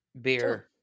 beer